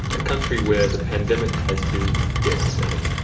a country where the pandemic has been devastating.